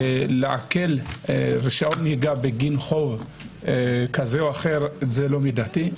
ולעקל רישיון נהיגה בגין חוב כזה או אחר זה לא מידתי.